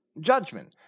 judgment